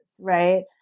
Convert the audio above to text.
right